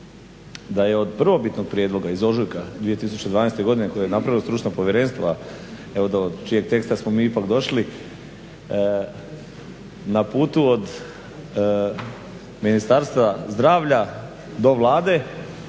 da je od prvobitnog prijedloga iz ožujka 2012. godine koje je napravilo stručno povjerenstvo evo do čijeg teksta smo mi ipak došli na putu od Ministarstva zdravlja do Vlade